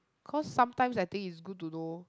cause sometimes I think it's good to know